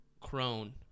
crone